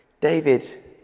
David